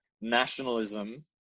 nationalism